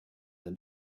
den